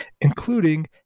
including